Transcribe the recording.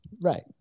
Right